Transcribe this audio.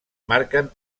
marquen